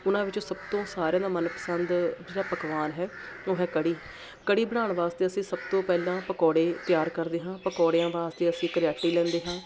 ਉਹਨਾਂ ਵਿੱਚੋਂ ਸਭ ਤੋਂ ਸਾਰਿਆਂ ਦਾ ਮਨ ਪਸੰਦ ਜਿਹੜਾ ਪਕਵਾਨ ਹੈ ਉਹ ਹੈ ਕੜੀ ਕੜੀ ਬਣਾਉਣ ਵਾਸਤੇ ਅਸੀਂ ਸਭ ਤੋਂ ਪਹਿਲਾਂ ਪਕੌੜੇ ਤਿਆਰ ਕਰਦੇ ਹਾਂ ਪਕੌੜਿਆਂ ਵਾਸਤੇ ਅਸੀਂ ਕਰਿਆਟੀ ਲੈਂਦੇ ਹਾਂ